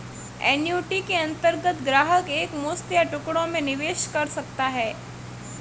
annuity के अंतर्गत ग्राहक एक मुश्त या टुकड़ों में निवेश कर सकता है